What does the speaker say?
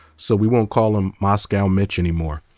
so we won't call him moscow mitch anymore.